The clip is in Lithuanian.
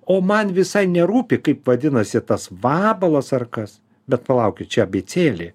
o man visai nerūpi kaip vadinasi tas vabalas ar kas bet palaukit čia abėcėlė